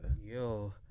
Yo